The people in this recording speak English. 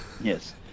Yes